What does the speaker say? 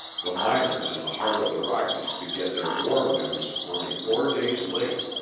the miners in the heart of the rockies could get their war news only four days late